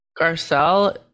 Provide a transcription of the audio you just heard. Garcelle